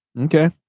Okay